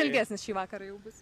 ilgesnis šį vakarą jau bus